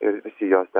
ir visi jos ten